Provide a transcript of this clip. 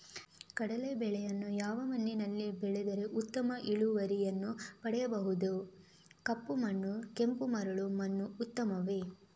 ಕಡಲೇ ಬೆಳೆಯನ್ನು ಯಾವ ಮಣ್ಣಿನಲ್ಲಿ ಬೆಳೆದರೆ ಉತ್ತಮ ಇಳುವರಿಯನ್ನು ಪಡೆಯಬಹುದು? ಕಪ್ಪು ಮಣ್ಣು ಕೆಂಪು ಮರಳು ಮಣ್ಣು ಉತ್ತಮವೇ?